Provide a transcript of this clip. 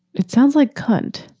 it sounds like cunt.